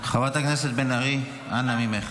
חברת הכנסת בן ארי, אנא ממך.